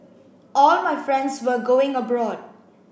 all my friends were going abroad